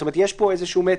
זאת אומרת שיש פה איזשהו מתח.